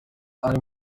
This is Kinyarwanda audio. ari